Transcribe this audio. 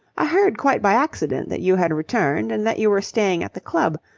i heard quite by accident that you had returned and that you were staying at the club.